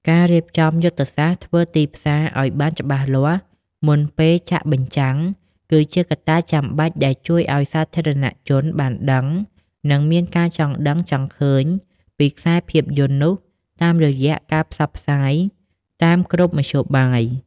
ការរៀបចំយុទ្ធសាស្ត្រធ្វើទីផ្សារឱ្យបានច្បាស់លាស់មុនពេលចាក់បញ្ចាំង គឺជាកត្តាចាំបាច់ដែលជួយឱ្យសាធារណជនបានដឹង និងមានការចង់ដឹងចង់ឃើញពីខ្សែភាពយន្តនោះតាមរយៈការផ្សព្វផ្សាយតាមគ្រប់មធ្យោបាយ។